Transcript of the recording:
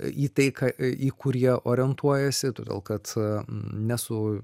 į tai ką į kur jie orientuojasi todėl kad ne su